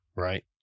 right